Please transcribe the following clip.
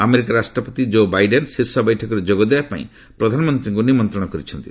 America ରାଷ୍ଟ୍ରପତି କୋ Biden ଶୀର୍ଷ ବୈଠକରେ ଯୋଗ ଦେବାପାଇଁ ପ୍ରଧାନମନ୍ତ୍ରୀଙ୍କୁ ନିମନ୍ତ୍ରଣ କରିଛନ୍ତି